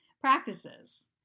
practices